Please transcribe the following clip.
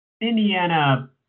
Indiana